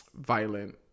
violent